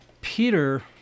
Peter